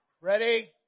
Ready